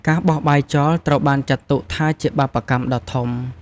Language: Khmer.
ការបោះបាយចោលត្រូវបានចាត់ទុកថាជាបាបកម្មដ៏ធំ។